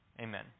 Amen